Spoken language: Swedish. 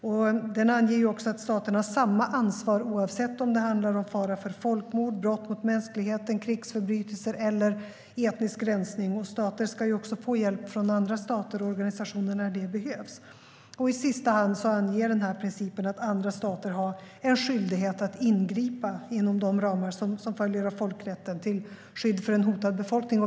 Denna princip anger också att staten har samma ansvar oavsett om det handlar om fara för folkmord, brott mot mänskligheten, krigsförbrytelser eller etnisk rensning. Stater ska också få hjälp från andra stater och organisationer när det behövs. I sista hand anger den här principen att andra stater har en skyldighet att ingripa inom de ramar som följer av folkrätten till skydd för en hotad befolkning.